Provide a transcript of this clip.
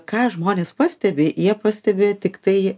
ką žmonės pastebi jie pastebi tiktai